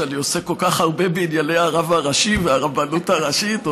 שאני עוסק כל כך הרבה בענייני הרב הראשי והרבנות הראשית.